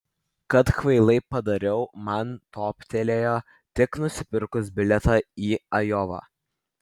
kad kvailai padariau man toptelėjo tik nusipirkus bilietą į ajovą